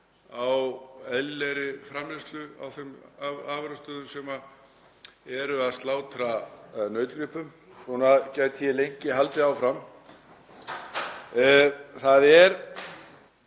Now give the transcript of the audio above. á eðlilegri framleiðslu hjá þeim afurðastöðvum sem eru að slátra nautgripum. Svona gæti ég lengi haldið áfram. Því er